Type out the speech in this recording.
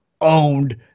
owned